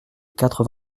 quatre